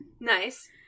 Nice